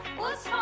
was